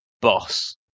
boss